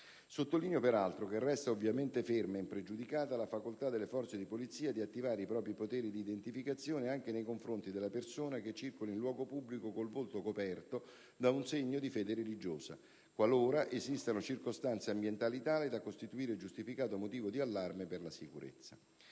Sottolineo, peraltro, che resta ovviamente ferma ed impregiudicata la facoltà delle Forze di polizia di attivare i propri poteri di identificazione, anche nei confronti della persona che circoli in luogo pubblico col volto coperto da un segno di fede religiosa, qualora esistano circostanze ambientali tali da costituire giustificato motivo di allarme per la sicurezza.